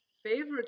favorite